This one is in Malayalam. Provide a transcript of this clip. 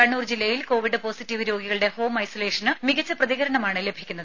കണ്ണൂർ ജില്ലയിൽ കോവിഡ് പോസിറ്റീവ് രോഗികളുടെ ഹോം ഐസൊലേഷന് മികച്ച പ്രതികരണമാണ് ലഭിക്കുന്നത്